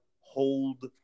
hold